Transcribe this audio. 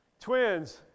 Twins